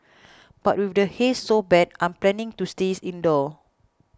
but with the haze so bad I'm planning to stay indoors